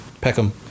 Peckham